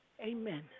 Amen